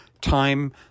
time